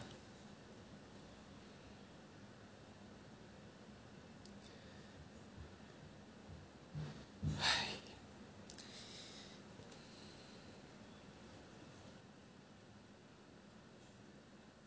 !hais!